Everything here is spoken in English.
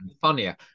funnier